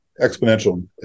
exponential